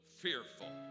fearful